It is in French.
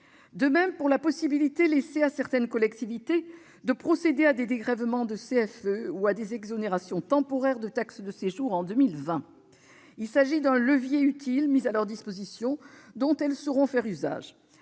de même pour la possibilité laissée à certaines collectivités de procéder à des dégrèvements de CFE ou à des exonérations temporaires de taxes de séjour en 2020. Il s'agit d'un levier utile mis à leur disposition, dont elles sauront faire usage.